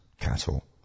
cattle